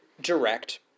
direct